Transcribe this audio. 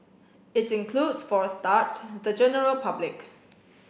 it includes for a start the general public